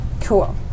cool